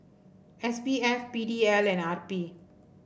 S B F P D L and R P